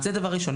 זה דבר ראשון.